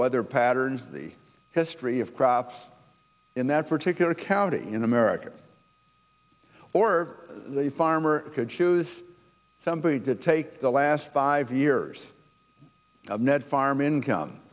weather patterns the history of crops in that particular county in america or a farmer could choose somebody to take the last five years of net farm income